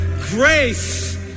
grace